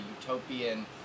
utopian